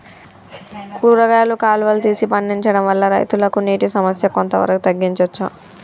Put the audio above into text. కూరగాయలు కాలువలు తీసి పండించడం వల్ల రైతులకు నీటి సమస్య కొంత వరకు తగ్గించచ్చా?